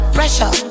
Pressure